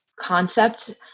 concept